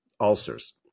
ulcers